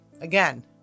Again